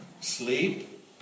Sleep